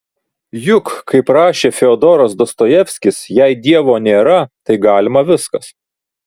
juk kaip rašė fiodoras dostojevskis jei dievo nėra tai galima viskas